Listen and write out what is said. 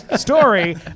story